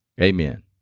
Amen